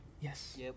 Yes